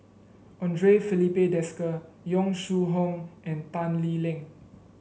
Andre Filipe Desker Yong Shu Hoong and Tan Lee Leng